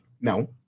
no